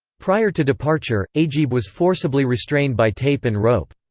prior to departure, ageeb was forcibly restrained by tape and rope.